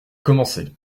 commencer